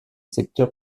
secteur